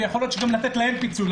ויכול להיות שגם לתת להם פיצוי,